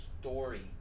story